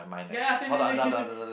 ya ya same same same